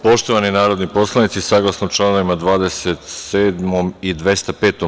Poštovani narodni poslanici, saglasno članovima 27. i 205.